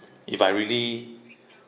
if I really